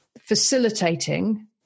facilitating